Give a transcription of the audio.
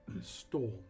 Storm